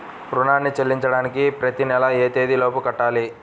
రుణాన్ని చెల్లించడానికి ప్రతి నెల ఏ తేదీ లోపు కట్టాలి?